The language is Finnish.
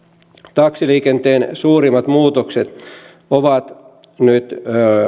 taksiliikenteen suurimmat muutokset ovat nyt